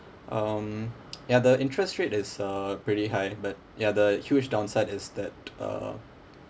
um ya the interest rate is uh pretty high but ya the huge downside is that uh